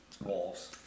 walls